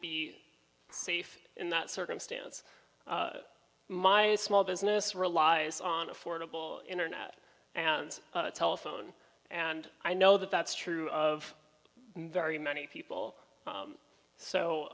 be safe in that circumstance my small business relies on affordable internet and telephone and i know that that's true of very many people